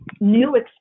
new